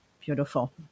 Beautiful